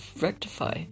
rectify